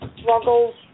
struggles